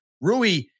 Rui